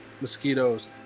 mosquitoes